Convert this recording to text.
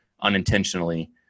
unintentionally